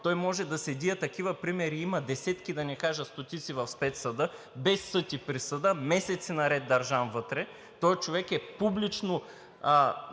той може да седи, а такива примери има десетки, да не кажа стотици в Спецсъда – без съд и присъда месеци наред държан вътре. Този човек е публично